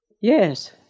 Yes